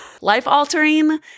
life-altering